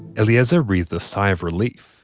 eliezer breathed a sigh of relief.